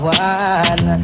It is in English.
one